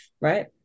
right